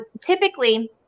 typically